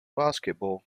basketball